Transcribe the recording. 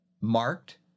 marked